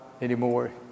anymore